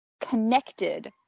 connected